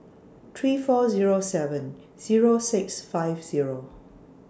three four Zero seven Zero six five Zero